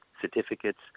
certificates